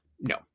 No